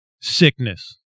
sickness